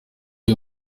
uyu